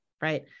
Right